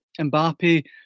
Mbappe